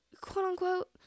quote-unquote